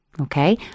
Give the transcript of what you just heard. Okay